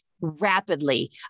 rapidly